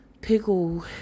Pickle